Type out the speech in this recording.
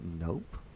Nope